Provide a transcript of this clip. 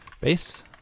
base